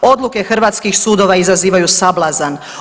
Odluke hrvatskih sudova izazivaju sablazan.